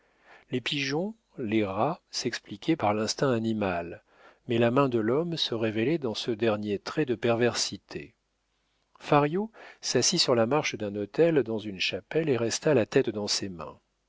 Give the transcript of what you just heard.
les pigeons les rats s'expliquaient par l'instinct animal mais la main de l'homme se révélait dans ce dernier trait de perversité fario s'assit sur la marche d'un autel dans une chapelle et resta la tête dans ses mains